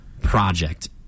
project